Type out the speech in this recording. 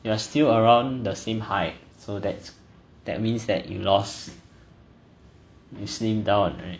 you are still around the same height so that that means that you loss you slim down right